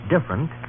different